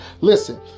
Listen